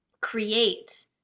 create